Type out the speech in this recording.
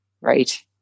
right